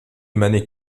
mané